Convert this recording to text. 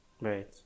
right